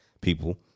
people